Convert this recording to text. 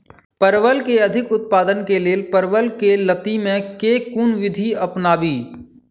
परवल केँ अधिक उत्पादन केँ लेल परवल केँ लती मे केँ कुन विधि अपनाबी?